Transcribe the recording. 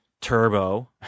Turbo